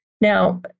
Now